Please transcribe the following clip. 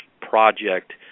project